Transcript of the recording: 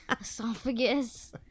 esophagus